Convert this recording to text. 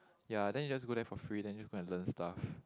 ya then you just go there for free then just go and learn stuff